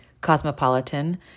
Cosmopolitan